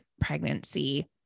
pregnancy